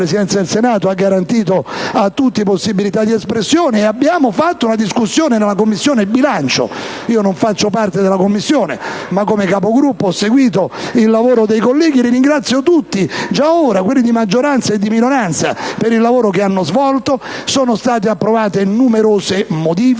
la Presidenza del Senato ha garantito a tutti possibilità di espressione e abbiamo fatto una discussione nella Commissione bilancio. Io non faccio parte della 5ª Commissione, ma come Capogruppo ho seguito il lavoro dei colleghi, e li ringrazio tutti già ora, siano essi di maggioranza o di minoranza, per il lavoro svolto. Sono state approvate numerose modifiche: